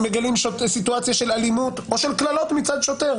עוינות או אלימות והכול בשל צבע או השתייכות לגזע".